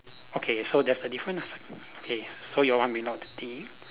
okay so there's the different ah okay so your one without the thing